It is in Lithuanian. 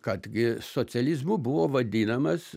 kadgi socializmu buvo vadinamas